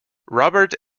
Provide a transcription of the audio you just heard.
robert